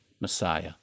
Messiah